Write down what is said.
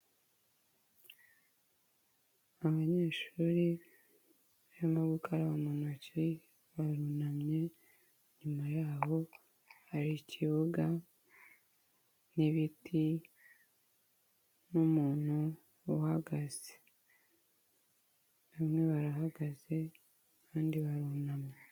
Abanyeshuri barimo gukaraba mu ntoki burunamye, inyuma yabo hari ikibuga n'ibiti n'umuntu uhagaze, bamwe barahagaze abandi barunamye.